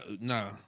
Nah